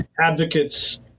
advocates